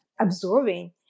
absorbing